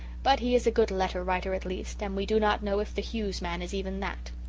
but he is a good letter writer at least, and we do not know if the hughes man is even that.